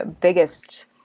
biggest